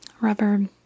rubber